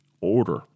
order